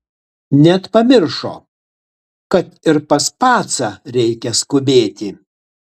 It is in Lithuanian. net pamiršo kad ir pas pacą reikia skubėti